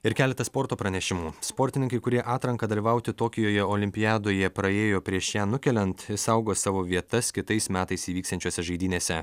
ir keletas sporto pranešimų sportininkai kurie atranką dalyvauti tokijuje olimpiadoje praėjo prieš ją nukeliant išsaugos savo vietas kitais metais įvyksiančiose žaidynėse